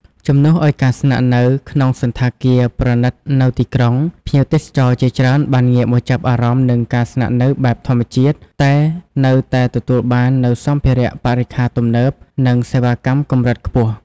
ជំនួសឲ្យការស្នាក់នៅក្នុងសណ្ឋាគារប្រណីតនៅទីក្រុង ភ្ញៀវទេសចរជាច្រើនបានងាកមកចាប់អារម្មណ៍នឹងការស្នាក់នៅបែបធម្មជាតិ តែនៅតែទទួលបាននូវសម្ភារៈបរិក្ខារទំនើប និងសេវាកម្មកម្រិតខ្ពស់។